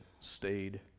stayed